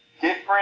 different